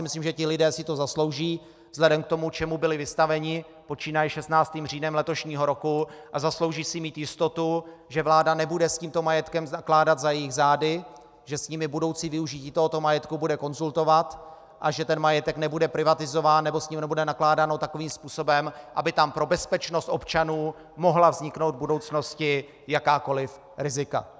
Myslím si, že ti lidé si to zaslouží vzhledem k tomu, čemu byli vystaveni počínaje 16. říjnem letošního roku, a zaslouží si mít jistotu, že vláda nebude s tímto majetkem nakládat za jejich zády, že s nimi budoucí využití tohoto majetku bude konzultovat a že ten majetek nebude privatizován nebo s ním nebude nakládáno takovým způsobem, aby tam pro bezpečnost občanů mohla vzniknout v budoucnosti jakákoli rizika.